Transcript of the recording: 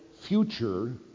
future